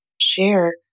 Share